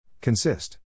Consist